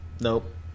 Nope